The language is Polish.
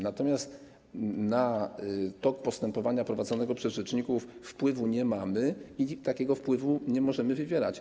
Natomiast na tok postępowania prowadzonego przez rzeczników wpływu nie mamy i takiego wpływu nie możemy mieć.